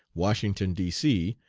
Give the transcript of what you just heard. washington, d. c,